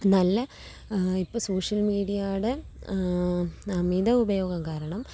നല്ലെ ഇപ്പോള് സോഷ്യൽ മീഡിയയുടെ അമിത ഉപയോഗം കാരണം